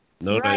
no